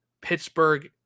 Pittsburgh